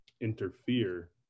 interfere